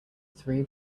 three